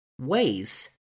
ways